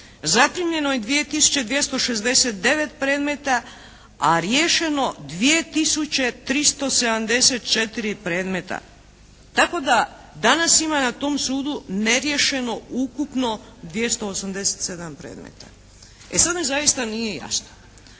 zaprimljeno je 2 tisuće 269 predmeta, a riješeno 2 tisuće 374 predmeta, tako da danas ima na tom sudu neriješeno ukupno 287 predmeta. E sad mi zaista nije jasno.